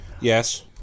Yes